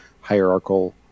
hierarchical